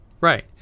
Right